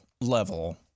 level